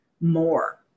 more